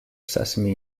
sesame